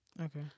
Okay